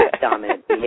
dominant